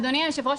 אדוני היושב ראש,